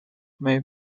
may